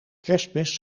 kerstmis